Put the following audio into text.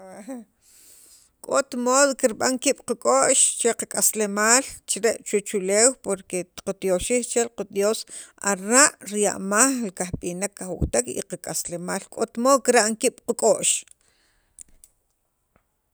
k'ot mod kirb'an ki'ab' qak'ox cha qak'aslemaal chire' chuwach uleew porque katyoxij chel qa Dios ara' riya'maj kajb'inek kajwa'katek y qak'aslemaal k'ot mod kirb'an kib' qak'o'x